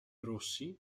rossi